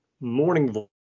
morning